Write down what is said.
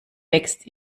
wächst